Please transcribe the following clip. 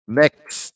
next